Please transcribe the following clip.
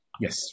Yes